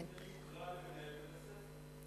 יוקרה למנהל בית-הספר.